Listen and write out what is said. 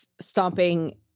stomping